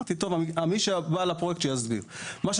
כשאני